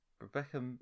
Rebecca